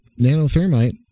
nanothermite